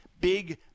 big